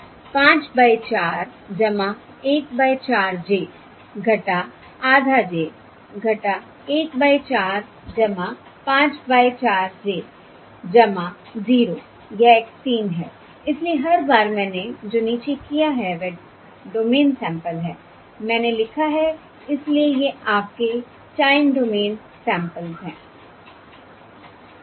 5 by 4 1 by 4 j आधा j 1 by 4 5 by 4 j 0 यह x 3 है इसलिए हर बार मैंने जो नीचे किया है वह डोमेन सैंपल है मैंने लिखा है इसलिए ये आपके टाइम डोमेन सैंपल्स हैं